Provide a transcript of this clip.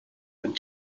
and